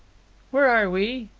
where are we?